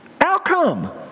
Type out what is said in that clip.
outcome